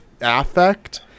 affect